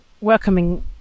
welcoming